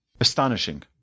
astonishing